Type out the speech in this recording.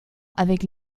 avec